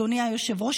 אדוני היושב-ראש,